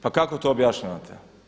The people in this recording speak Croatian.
Pa kako to objašnjavate?